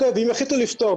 ואם יחליטו לפתוח,